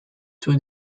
two